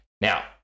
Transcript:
Now